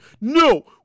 No